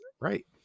Right